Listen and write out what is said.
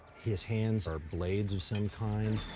his hands are blades of some kind.